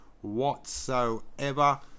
whatsoever